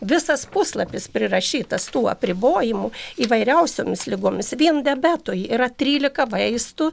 visas puslapis prirašytas tų apribojimų įvairiausiomis ligomis vien diabetui yra trylika vaistų